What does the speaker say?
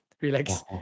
relax